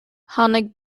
tháinig